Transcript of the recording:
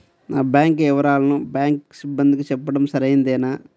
నా బ్యాంకు వివరాలను బ్యాంకు సిబ్బందికి చెప్పడం సరైందేనా?